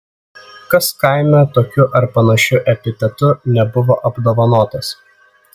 kas kaime tokiu ar panašiu epitetu nebuvo apdovanotas